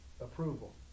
approval